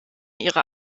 ihre